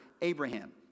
Abraham